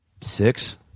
Six